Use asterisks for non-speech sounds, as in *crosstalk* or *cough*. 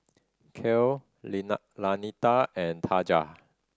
Kiel *unintelligible* Lanita and Taja